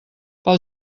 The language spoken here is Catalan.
pel